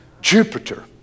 Jupiter